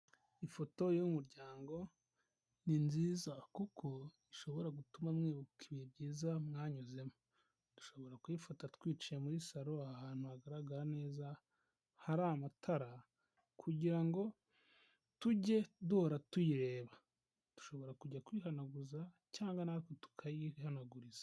Ifoto y'umuryango ni nziza kuko ishobora gutuma mwibuka ibihe byiza mwanyuzemo, dushobora kuyifata twicaye muri salo ahantu hagaragara neza hari amatara kugira ngo tujye duhora tuyireba, dushobora kujya kuyihanaguza cyangwa natwe tukayihanaguriza.